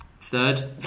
Third